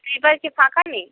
sleeper কি ফাঁকা নেই